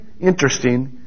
interesting